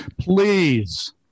please